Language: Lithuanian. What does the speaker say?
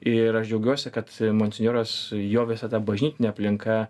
ir aš džiaugiuosi kad monsinjoras jo visa ta bažnytinė aplinka